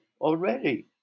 already